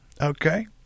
Okay